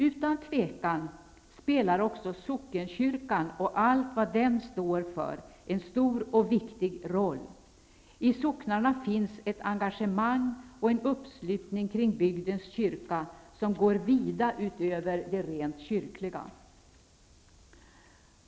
Utan tvivel spelar också sockenkyrkan och allt vad den står för en stor och viktig roll. I socknarna finns ett engagemang och en uppslutning kring bygdens kyrka, som går vida utöver det rent kyrkliga.